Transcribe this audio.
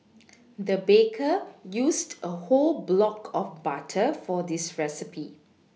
the baker used a whole block of butter for this recipe